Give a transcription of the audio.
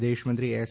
વિદેશમંત્રી એસ